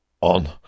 on